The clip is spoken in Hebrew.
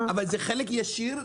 אבל זה חלק ישיר.